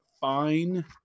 fine